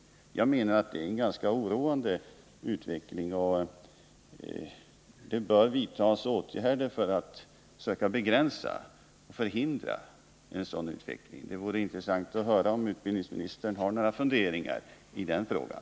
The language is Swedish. Det är en ganska oroande utveckling, och det bör vidtas åtgärder för att söka förhindra en sådan utveckling. Det vore intressant att höra om utbildningsministern har några funderingar i den frågan.